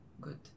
Good